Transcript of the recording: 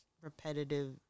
repetitive